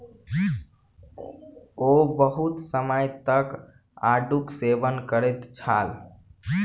ओ बहुत समय तक आड़ूक सेवन करैत छलाह